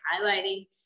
highlighting